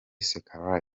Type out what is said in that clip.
seka